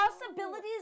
possibilities